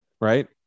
Right